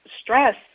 stress